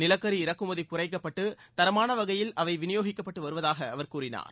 நிலக்கரி இறக்குமதி குறைக்கப்பட்டு தரமாள வகையில் அவை விநியோகிக்கப்பட்டு வருவதாக அவர் கூறினார்